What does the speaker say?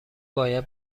باید